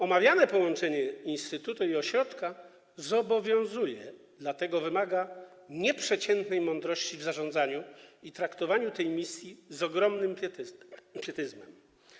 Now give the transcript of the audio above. Omawiane połączenie instytutu i ośrodka zobowiązuje, dlatego wymaga nieprzeciętnej mądrości w zarządzaniu i traktowania tej misji z ogromnym pietyzmem.